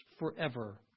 Forever